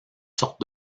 sorte